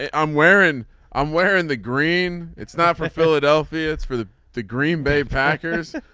and i'm wearing i'm wearing the green. it's not for philadelphia it's for the the green bay packers.